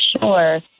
sure